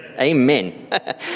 Amen